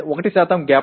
1 gap ఉంది